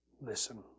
listen